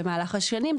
במהלך השנים,